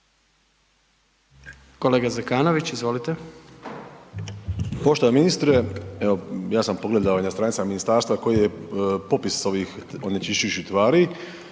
**Zekanović, Hrvoje (HRAST)** Poštovani ministre, evo ja sam pogledao i na stranicama ministarstva koji je popis ovih onečišćujućih tvari